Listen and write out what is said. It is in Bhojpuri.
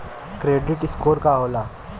क्रेडीट स्कोर का होला?